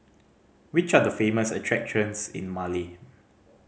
which are the famous attractions in Male